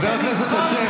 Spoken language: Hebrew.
חבר הכנסת אשר,